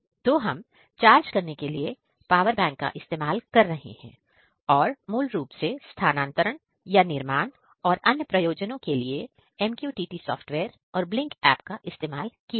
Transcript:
तो हम चार्ज करने के लिए पावर बैंक का इस्तेमाल कर रहे हैं और मूल रूप से स्थानांतरण या निर्माण और अन्य प्रयोजनों के लिए MQTT सॉफ्टवेयर और ब्लिंक ऐप का इस्तेमाल किया है